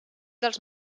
dels